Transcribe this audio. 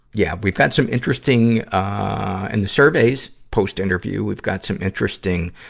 yeah, we've had some interesting, ah, in the surveys, post-interview, we've got some interesting,